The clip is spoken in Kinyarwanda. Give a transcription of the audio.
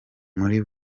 muri